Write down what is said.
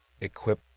equip